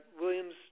Williams